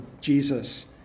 Jesus